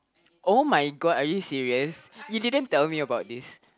oh-my-god are you serious you didn't tell me about this